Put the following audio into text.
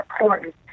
important